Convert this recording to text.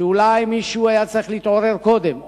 שאולי מישהו היה צריך להתעורר קודם,